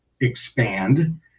expand